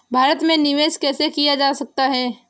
भारत में निवेश कैसे किया जा सकता है?